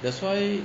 that's why